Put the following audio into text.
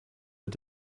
mit